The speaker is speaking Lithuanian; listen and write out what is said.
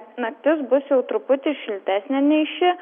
naktis bus jau truputį šiltesnė nei ši